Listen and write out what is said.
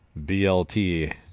BLT